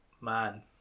Man